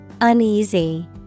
Uneasy